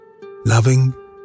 loving